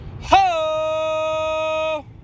Ho